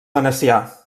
venecià